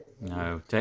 no